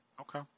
Okay